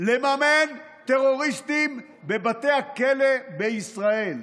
לממן טרוריסטים בבתי הכלא בישראל.